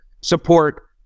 support